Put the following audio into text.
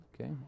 okay